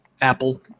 Apple